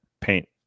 paint